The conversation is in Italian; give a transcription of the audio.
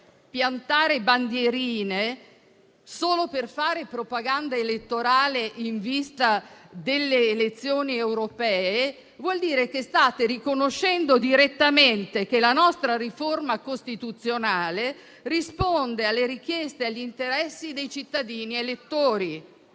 piantare bandierine e fare propaganda elettorale in vista delle elezioni europee, vuol dire che state riconoscendo direttamente che la nostra riforma costituzionale risponde alle richieste e agli interessi dei cittadini elettori.